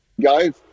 guys